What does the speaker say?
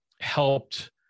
helped